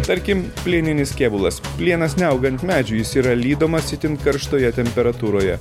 tarkim plieninis kėbulas plienas neauga ant medžių jis yra lydomas itin karštoje temperatūroje